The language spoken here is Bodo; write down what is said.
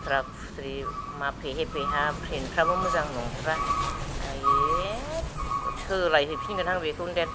खुथ्रा खुथ्रि फेहे फेहा मा प्रिंट फ्राबो मोजां नंथारा आइयेट सोलाय हैफिन गोनहां बेखौनोदेन